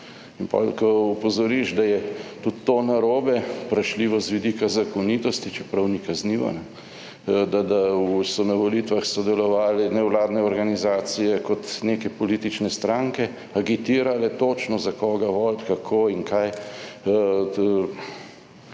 In potem, ko opozoriš, da je tudi to narobe in vprašljivo z vidika zakonitosti, čeprav ni kaznivo, da so na volitvah sodelovale nevladne organizacije kot neke politične stranke, agitirale točno za koga voliti, kako in kaj,